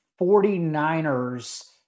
49ers